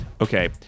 Okay